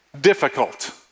difficult